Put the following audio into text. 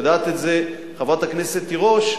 יודעת את זה חברת הכנסת תירוש,